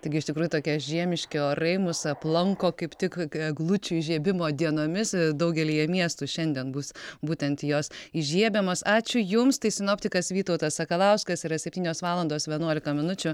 taigi iš tikrųjų tokie žiemiški orai mus aplanko kaip tik eglučių įžiebimo dienomis daugelyje miestų šiandien bus būtent jos įžiebiamos ačiū jums tai sinoptikas vytautas sakalauskas yra septynios valandos vienuolika minučių